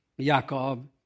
Jacob